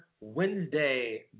Wednesday